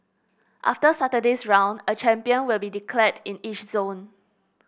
after Saturday's round a champion will be declared in each zone